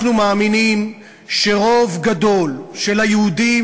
אנחנו מאמינים שהרוב הגדול של היהודים